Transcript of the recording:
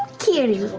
kiri.